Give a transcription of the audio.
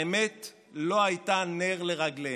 האמת לא הייתה נר לרגלם.